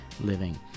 living